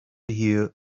hear